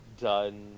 done